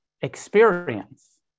experience